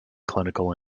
clinical